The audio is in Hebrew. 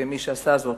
ומי שעשה זאת,